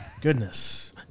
Goodness